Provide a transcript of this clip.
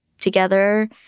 together